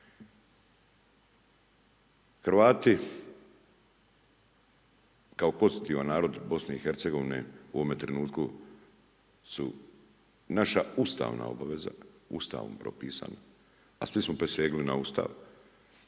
Hrvati kao konstutivan narod Bosne i Hercegovine u ovom trenutku su naša ustavna obveza, Ustavom propisana, a svi smo prisegli na Ustav,